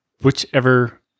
Whichever